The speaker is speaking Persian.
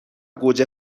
گوجه